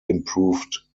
improved